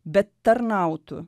bet tarnautų